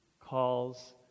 calls